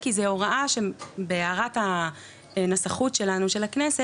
כי זו הוראה שבהערת הנסחות שלנו של הכנסת